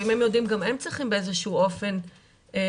ואם הם יודעים, גם הם צריכים באיזשהו אופן להיענש.